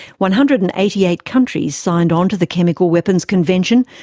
one hundred and eighty eight countries signed on to the chemical weapons convention,